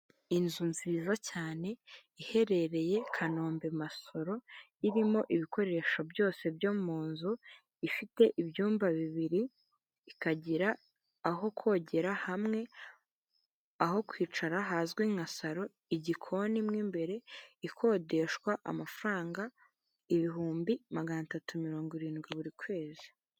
Inzu nziza cyane iherereye kanombe masoro irimo ibikoresho byose byo mu nzu ifite ibyumba bibiri ikagira aho kogera hamwe aho kwicara hazwi nka saro, igikoni mo mbere ikodeshwa amafaranga ibihumbi magana atatu mirongo irindwi buri kwezi.